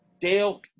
Dale